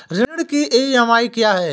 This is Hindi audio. ऋण की ई.एम.आई क्या है?